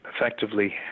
effectively